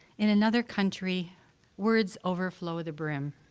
in another country words overflow the brim,